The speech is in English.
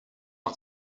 not